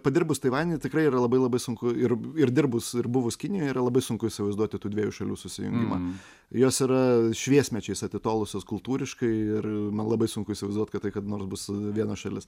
padirbus taivany tikrai yra labai labai sunku ir ir dirbus ir buvus kinijoj yra labai sunku įsivaizduoti tų dviejų šalių susijungimą jos yra šviesmečiais atitolusios kultūriškai ir man labai sunku įsivaizduot kad tai kada nors bus viena šalis